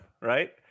right